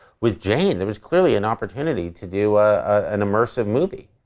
with jane, there was clearly an opportunity to do an immersive movie.